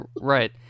Right